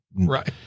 Right